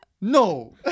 no